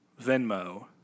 Venmo